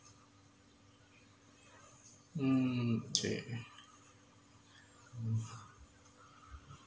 mm yeah mm